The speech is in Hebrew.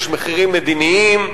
יש מחירים מדיניים,